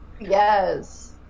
Yes